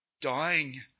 dying